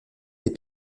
des